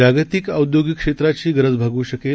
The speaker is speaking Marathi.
जागतिकऔद्योगिकक्षेत्राचीगरजभागवशकेल